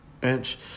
bench